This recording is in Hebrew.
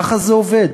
ככה זה עובד.